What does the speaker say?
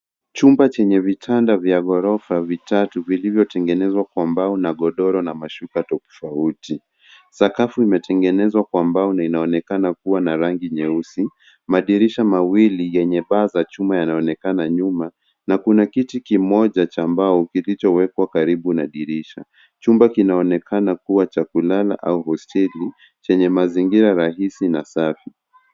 Chumba chenye vitanda vya ghorofa vitatu vilivyotengenezwa kwa mbao na godoro na mashuka tofauti. Sakafu imetengenezwa kwa mbao na inaonekana kuwa na rangi nyeusi. Madirisha mawili yenye paa za chuma yanaonekana nyuma na kuna kiti kimoja cha mbao kilichowekwa karibu na dirisha. Chumba kinaonekana kuwa cha kulala au hosteli chenye mazingira rahisi na safi.